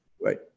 right